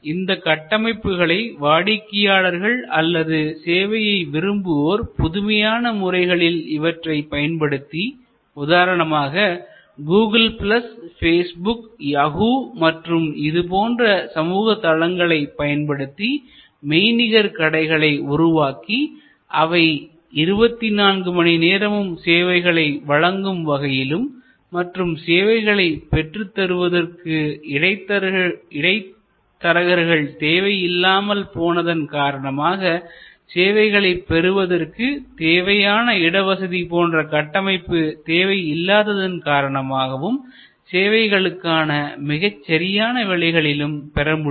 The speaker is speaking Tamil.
இந்த கட்டமைப்புகளை வாடிக்கையாளர்கள் அல்லது சேவையை விரும்புவோர் புதுமையான முறைகளில் இவற்றைப் பயன்படுத்தி உதாரணமாக கூகுள் பிளஸ் ஃபேஸ்புக் யாஹூ மற்றும் இது போன்ற சமூக தளங்களை பயன்படுத்தி மெய்நிகர் கடைகளை உருவாக்கி அவை இருபத்தி நான்கு மணி நேரமும் சேவைகளை வழங்கும் வகையிலும் மற்றும் சேவைகளை பெற்றுத் தருவதற்கு இடைத்தரகர்கள் தேவை இல்லாமல் போனதன் காரணமாகவும் சேவைகளைப் பெறுவதற்கு தேவையான இடவசதி போன்ற கட்டமைப்பு தேவை இல்லாததன் காரணமாகவும் சேவைகளுக்கான மிகச்சரியான விலைகளிலும் பெறமுடியும்